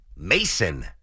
Mason